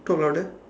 talk louder